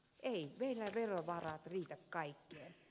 ei meillä verovarat riitä kaikkeen